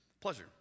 pleasure